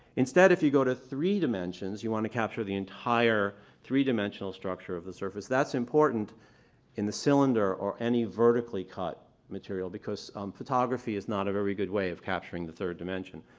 instead if you go to three dimensions, you want to capture the entire three dimensional structure of the surface. that's important in the cylinder or any vertically cut material because photography is not a very good way of capturing the third dimension.